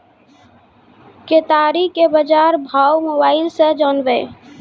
केताड़ी के बाजार भाव मोबाइल से जानवे?